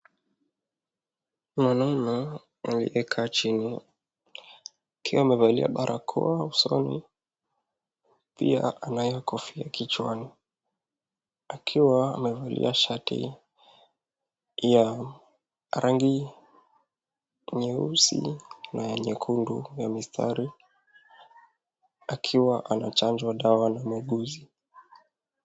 Mwanaume aliyekaa chini akiwa amevalia barakoa usoni, pia anayo kofia kichwani, akiwa amevalia shati ya rangi nyeusi na ya nyekundu na mistari akiwa anachanjwa dawa na muuguzi.